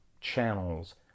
channels